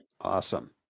Awesome